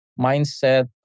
mindset